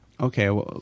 okay